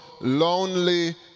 lonely